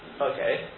Okay